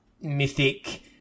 mythic